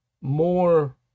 more